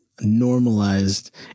normalized